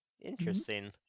Interesting